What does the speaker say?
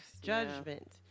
judgment